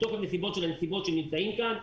מתוקף הנסיבות הם נמצאים כאן,